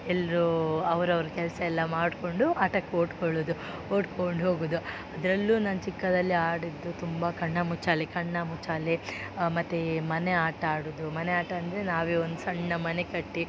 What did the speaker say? ಎಲ್ಲರೂ ಅವರವ್ರ ಕೆಲಸ ಎಲ್ಲ ಮಾಡಿಕೊಂಡು ಆಟಕ್ಕೆ ಓಡಿಕೊಳ್ಳೋದು ಓಡ್ಕೊಂಡು ಹೋಗೋದು ಅದರಲ್ಲೂ ನಾನು ಚಿಕ್ಕಂದಲ್ಲಿ ಆಡಿದ್ದು ತುಂಬ ಕಣ್ಣ ಮುಚ್ಚಾಲೆ ಕಣ್ಣ ಮುಚ್ಚಾಲೆ ಮತ್ತು ಮನೆ ಆಟ ಆಡುವುದು ಮನೆ ಆಟ ಅಂದರೆ ನಾವೇ ಒಂದು ಸಣ್ಣ ಮನೆ ಕಟ್ಟಿ